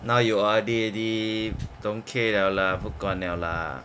now you O_R_D already don't care liao lah 不管 liao lah